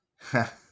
Ha